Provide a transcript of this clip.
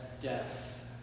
death